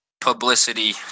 publicity